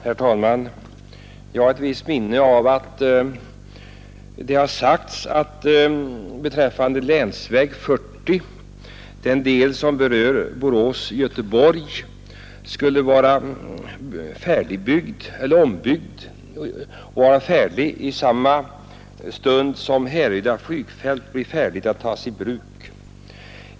Herr talman! Jag har ett minne av att det sagts att den del av länsväg 40, som berör Borås—Göteborg, skall byggas om och bli färdig i samma stund som Härryda flygfält blir färdigt att tas i bruk.